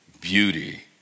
beauty